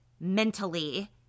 mentally